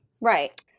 Right